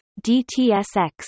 DTSX